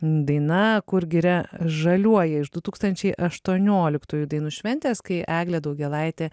daina kur giria žaliuoja iš du tūkstančiai aštuonioliktųjų dainų šventės kai eglė daugėlaitė